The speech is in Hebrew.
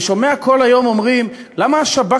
אני שומע שכל היום אומרים: למה השב"כ